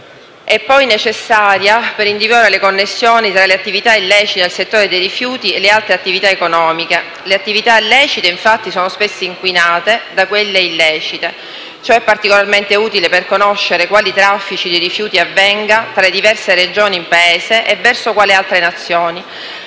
è poi necessaria per individuare le connessioni tra le attività illecite nel settore dei rifiuti e le altre attività economiche; le attività lecite, infatti, sono spesso inquinate da quelle illecite. Ciò è particolarmente utile per conoscere quali traffici di rifiuti avvengano tra le diverse Regioni del Paese o verso altre Nazioni.